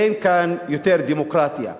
אין כאן יותר דמוקרטיה.